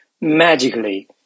magically